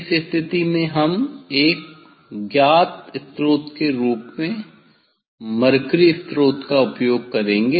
इस स्थिति में हम एक ज्ञात स्रोत के रूप में मरकरी स्रोत का उपयोग करेंगे